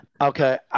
Okay